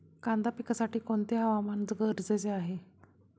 कांदा पिकासाठी कोणते हवामान गरजेचे आहे?